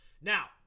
Now